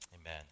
Amen